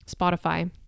Spotify